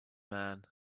man